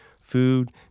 food